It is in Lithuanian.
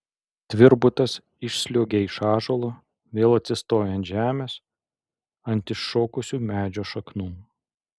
tvirbutas išsliuogia iš ąžuolo vėl atsistoja ant žemės ant iššokusių medžio šaknų